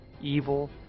evil